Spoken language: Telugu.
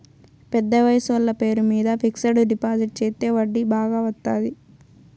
పెద్ద వయసోళ్ల పేరు మీద ఫిక్సడ్ డిపాజిట్ చెత్తే వడ్డీ బాగా వత్తాది